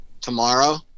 tomorrow